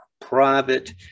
private